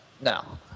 Now